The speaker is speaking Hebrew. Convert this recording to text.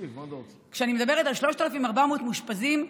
כשאני מדברת על 3,400 מאושפזים,